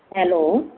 hello